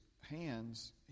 hands